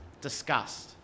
discussed